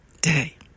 day